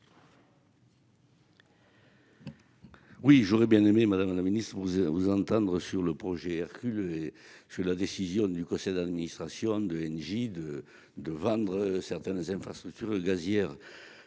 J'aurais bien aimé, madame la ministre, vous entendre sur le projet Hercule et la décision du conseil d'administration d'Engie de vendre certaines infrastructures gazières.